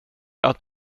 att